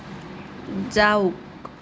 যাওক